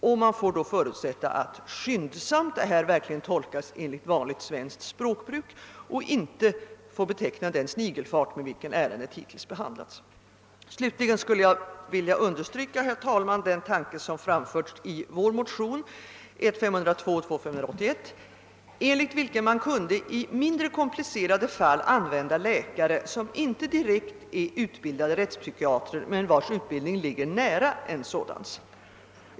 Får jag föreslå att ordet »skyndsamt» här verkligen tolkas enligt vanligt svenskt språkbruk och inte får beteckna den snigeifart med vilken ärendet hittills har behandlats. Slutligen vill jag understryka den tanke som framförts i våra motioner 1:502 och II:581, enligt vilka man kunde i mindre komplicerade fall använda läkare som inte direkt är utbildade rättspsykiatrer men som har en näraliggande utbildning.